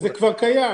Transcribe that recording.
זה כבר קיים.